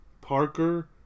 Parker